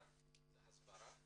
אחד הסברה